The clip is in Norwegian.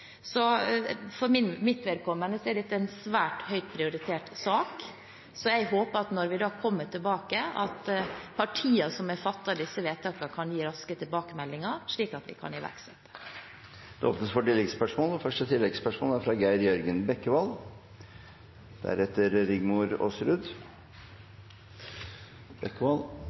mitt vedkommende er dette en svært høyt prioritert sak. Jeg håper at når vi da kommer tilbake, kan partiene som har fattet disse vedtakene, gi raske tilbakemeldinger, slik at vi kan iverksette. Det